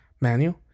menu